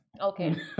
Okay